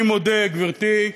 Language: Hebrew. אני מודה, גברתי,